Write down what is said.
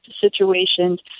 situations